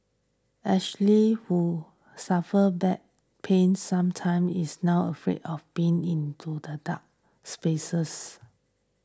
Ashley who suffers back pains sometimes is now afraid of being into the dark spaces